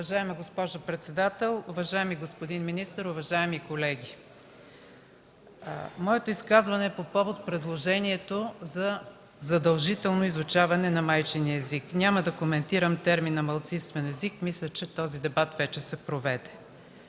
Уважаема госпожо председател, уважаеми господин министър, уважаеми колеги! Моето изказване е по повод предложението за задължително изучаване на майчиния език. Няма да коментирам термина „малцинствен език”. Мисля, че този дебат вече се проведе.